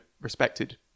respected